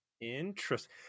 interesting